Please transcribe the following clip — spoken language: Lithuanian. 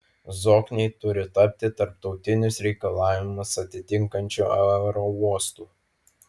zokniai turi tapti tarptautinius reikalavimus atitinkančiu aerouostu